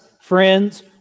friends